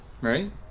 right